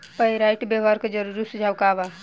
Pyrite व्यवहार के जरूरी सुझाव का वा?